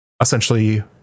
essentially